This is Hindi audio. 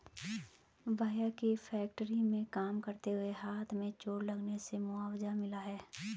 भैया के फैक्ट्री में काम करते हुए हाथ में चोट लगने से मुआवजा मिला हैं